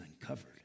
uncovered